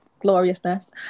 gloriousness